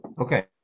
Okay